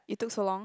it took so long